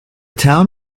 town